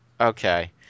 okay